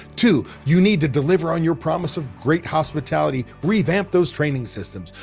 two, you need to deliver on your promise of great hospitality, revamp those training systems.